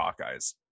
Hawkeyes